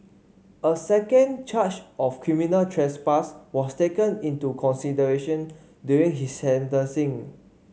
a second charge of criminal trespass was taken into consideration during his sentencing